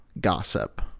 gossip